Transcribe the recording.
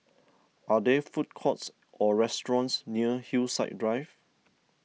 are there food courts or restaurants near Hillside Drive